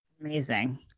Amazing